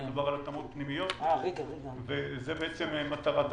מדובר על התאמות פנימיות וזה בעצם מטרת הפנייה.